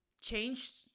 Changed